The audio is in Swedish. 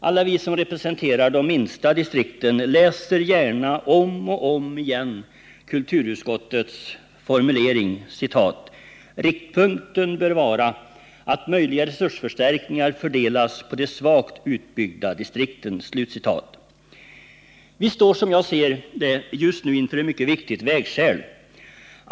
Alla vi som representerar de minsta distrikten läser gärna om och om igen följande formulering av kulturutskottet: ”Riktpunkten bör dock vara att möjliga resursförstärkningar i första hand fördelas på de svagt utbyggda distrikten.” Vi står, som jag ser det, just nu inför ett mycket viktigt vägskäl.